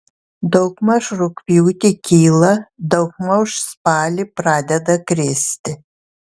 daugmaž rugpjūtį kyla daugmaž spalį pradeda kristi